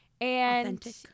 Authentic